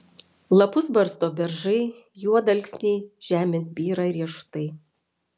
lapus barsto beržai juodalksniai žemėn byra riešutai